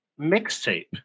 Mixtape